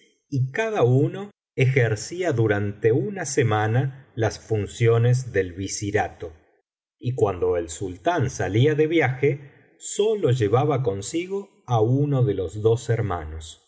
y cada uno ejercía durante una semana las funciones del visirato y cuando el sultán salía de viaje sólo llevaba consigo á uno de los dos hermanos